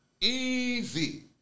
Easy